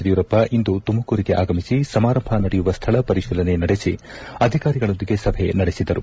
ಯಡಿಯೂರಪ್ಪ ಇಂದು ತುಮಕೂರಿಗೆ ಆಗಮಿಸಿ ಸಮಾರಂಭ ನಡೆಯುವ ಸ್ಥಳ ಪರಿಶೀಲನೆ ನಡೆಸಿ ಅಧಿಕಾರಿಗಳೊಂದಿಗೆ ಸಭೆ ನಡೆಸಿದರು